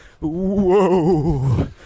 Whoa